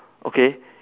okay